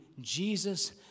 Jesus